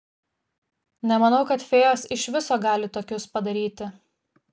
nemanau kad fėjos iš viso gali tokius padaryti